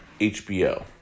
HBO